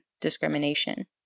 discrimination